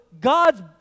God's